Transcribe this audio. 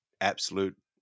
absolute